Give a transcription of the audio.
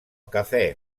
cafè